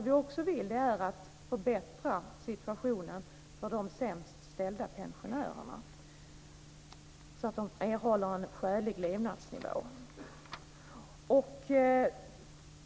Vi vill också förbättra situationen för de sämst ställda pensionärerna så att de erhåller en skälig levnadsnivå.